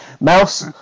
Mouse